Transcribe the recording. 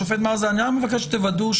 השופט מרזל, אני רק מבקש שתוודאו.